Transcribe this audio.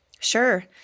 Sure